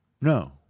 no